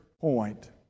point